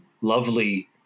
lovely